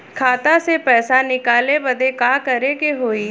खाता से पैसा निकाले बदे का करे के होई?